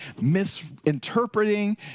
misinterpreting